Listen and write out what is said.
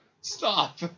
Stop